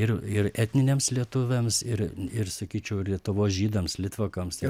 ir ir etniniams lietuviams ir ir sakyčiau ir lietuvos žydams litvakams